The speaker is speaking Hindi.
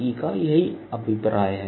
e का यही अभिप्राय है